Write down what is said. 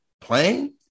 playing